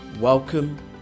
Welcome